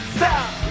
Stop